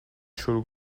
شروع